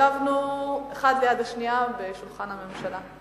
ישבנו האחד ליד השנייה בשולחן הממשלה,